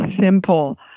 simple